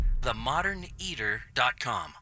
themoderneater.com